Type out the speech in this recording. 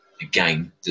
again